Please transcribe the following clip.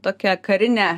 tokią karinę